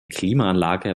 klimaanlage